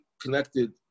connected